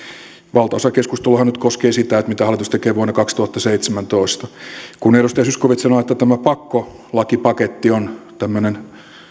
valtaosa keskusteluahan nyt koskee sitä mitä hallitus tekee vuonna kaksituhattaseitsemäntoista kun edustaja zyskowicz sanoi että tämä pakkolakipaketti on tämmöinen